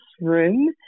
room